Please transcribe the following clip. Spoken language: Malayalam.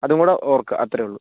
അതും കൂടെ ഓർക്കുക അത്രെയുള്ളൂ